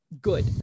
good